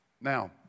Now